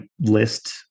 list